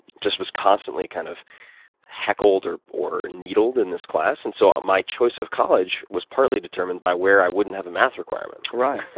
just was constantly kind of heckled or or needled in this class. and so um my choice in college was partly determined by where i wouldn't have a math requirement. right.